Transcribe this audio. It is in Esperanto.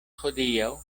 hodiaŭ